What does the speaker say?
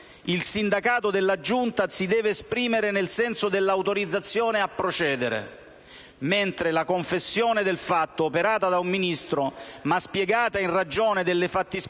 il sindacato della Giunta si deve esprimere nel senso della autorizzazione a procedere; mentre la "confessione" del fatto operata da un Ministro ma spiegata in ragione delle fattispecie